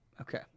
Okay